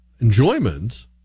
enjoyment